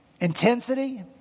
intensity